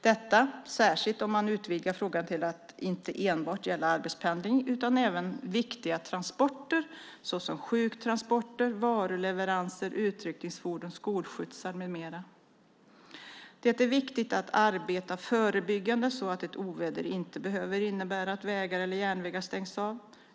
Detta särskilt om man utvidgar frågan till att inte enbart gälla arbetspendling utan även andra viktiga transporter såsom sjuktransporter, varuleveranser, utryckningsfordon, skolskjutsar med mera. Det är viktigt att arbeta förebyggande så att ett oväder inte behöver innebära att vägar eller järnvägar stängs av.